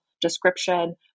description